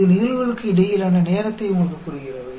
இது நிகழ்வுகளுக்கு இடையிலான நேரத்தை உங்களுக்குக் கூறுகிறது